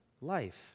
life